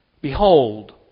Behold